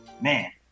Man